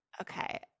Okay